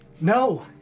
No